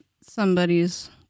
somebody's